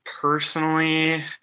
Personally